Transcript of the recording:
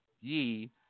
ye